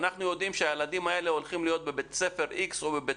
ואנחנו יודעים שהילדים האלה הולכים להיות בבית ספר זה או אחר,